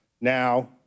now